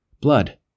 Blood